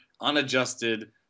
unadjusted